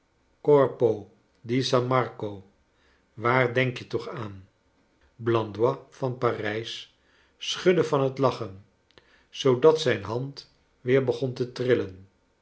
di san marco waar denk je toch aan blandois van parijs schudde van het lachen zoodat zijn hand weer begon te trillen